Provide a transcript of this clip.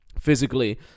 physically